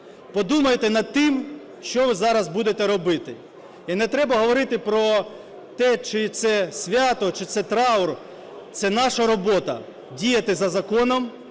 Подумайте над тим, що ви зараз будете робити. І не треба говорити про те, чи це свято, чи це траур, це наша робота - діяти за законом